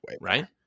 right